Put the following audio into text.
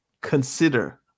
consider